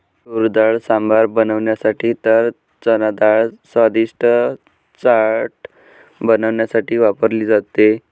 तुरडाळ सांबर बनवण्यासाठी तर चनाडाळ स्वादिष्ट चाट बनवण्यासाठी वापरली जाते